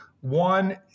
one